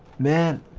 man